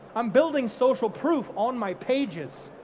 i'm building social proof on my pages.